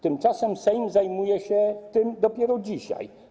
Tymczasem Sejm zajmuje się tym dopiero dzisiaj.